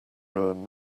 ruin